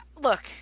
look